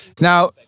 Now